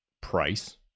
price